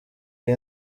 iyi